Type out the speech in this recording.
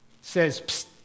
says